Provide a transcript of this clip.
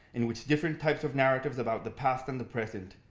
in which different types of narratives about the past and the present,